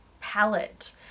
palette